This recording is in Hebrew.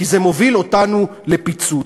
כי זה מוביל אותנו לפיצוץ.